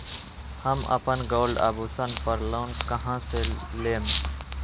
हम अपन गोल्ड आभूषण पर लोन कहां से लेम?